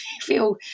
feel